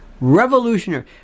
Revolutionary